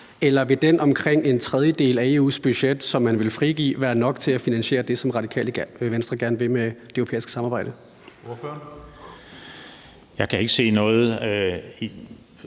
eller vil den omkring en tredjedel af EU's budget, som man ville frigive, være nok til at finansiere det, som Radikale Venstre gerne vil med det europæiske samarbejde? Kl. 19:50 Tredje